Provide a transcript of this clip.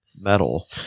metal